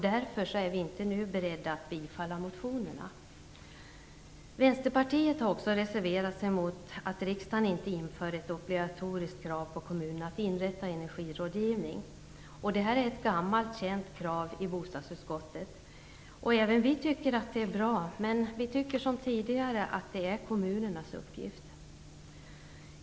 Därför är vi inte nu beredda att tillstyrka motionerna. Vänsterpartiet har också reserverat sig mot att riksdagen inte inför ett obligatoriskt krav på kommunerna att inrätta energirådgivning. Detta är ett gammalt känt krav i bostadsutskottet. Även vi tycker att detta är bra, men vi tycker som tidigare att det är kommunernas uppgift.